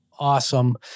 awesome